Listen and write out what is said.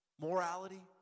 morality